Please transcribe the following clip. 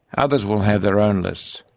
others will have their own lists.